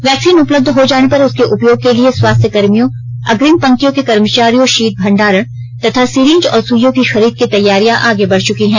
vaccine उपलब्ध हो जाने पर उसके उपयोग के लिए स्वास्थ्यकर्मियों अग्रिम पंक्तियों के कर्मचारियों शीत भंडारण तथा सीरिंज और सुइयों की खरीद की तैयारियां आगे बढ़ चुकी है